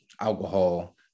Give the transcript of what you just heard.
alcohol